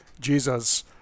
Jesus